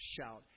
shout